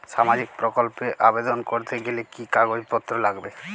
সামাজিক প্রকল্প এ আবেদন করতে গেলে কি কাগজ পত্র লাগবে?